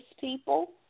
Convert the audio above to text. people